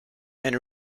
and